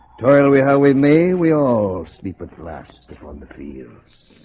toriel we how we may we all sleep at last upon the three years